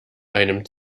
einem